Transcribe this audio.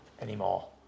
anymore